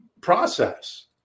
process